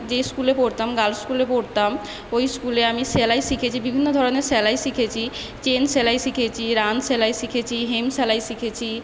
যে স্কুলে পড়তাম গার্লস স্কুলে পড়তাম ওই স্কুলে আমি সেলাই শিখেছি বিভিন্ন ধরণের সেলাই শিখেছি চেন সেলাই শিখেছি রান সেলাই শিখেছি হেম সেলাই শিখেছি